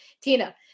tina